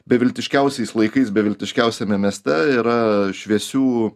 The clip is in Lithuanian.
beviltiškiausiais laikais beviltiškiausiame mieste yra šviesių